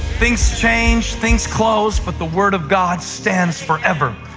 things change, things close, but the word of god stands forever.